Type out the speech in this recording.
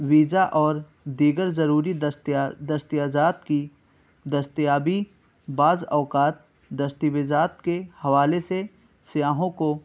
visa اور دیگر ضروری دستاویزات کی دستیابی بعض اوقات دستاویزات کے حوالے سے سیاحوں کو